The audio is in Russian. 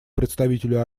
представителю